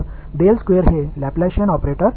எனவே del square என்பது Laplacian operator